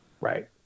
Right